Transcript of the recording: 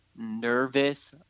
nervous